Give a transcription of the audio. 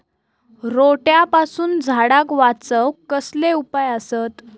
रोट्यापासून झाडाक वाचौक कसले उपाय आसत?